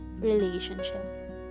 relationship